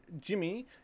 Jimmy